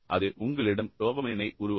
அது உங்களிடம் டோபமைனை உருவாக்கும்